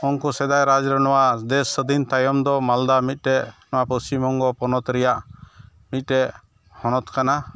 ᱩᱱᱠᱩ ᱥᱮᱫᱟᱭ ᱨᱟᱡᱽᱨᱮ ᱱᱚᱣᱟ ᱫᱮᱥ ᱥᱟᱫᱷᱤᱱ ᱛᱟᱭᱚᱢᱫᱚ ᱢᱟᱞᱫᱟ ᱢᱤᱫᱴᱮᱱ ᱱᱚᱣᱟ ᱯᱚᱥᱪᱤᱢᱵᱚᱝᱜᱚ ᱯᱚᱱᱚᱛ ᱨᱮᱭᱟᱜ ᱢᱤᱫᱴᱮᱱ ᱦᱚᱱᱚᱛ ᱠᱟᱱᱟ